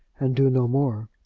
and do no more.